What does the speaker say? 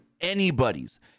anybody's